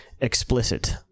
explicit